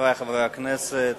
חברי חברי הכנסת,